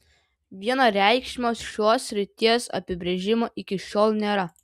vienareikšmio šios srities apibrėžimo iki šiol nėra